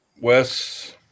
Wes